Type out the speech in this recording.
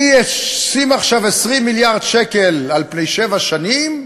אני אשים עכשיו 20 מיליארד שקל על פני שבע שנים,